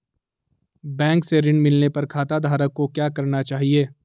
Bank से ऋण मिलने पर खाताधारक को क्या करना चाहिए?